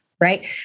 right